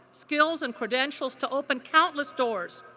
skills and credentials to open countless doors,